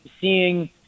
seeing